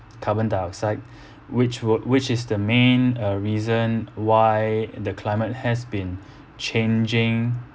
carbon dioxide which would which is the main uh reason why the climate has been changing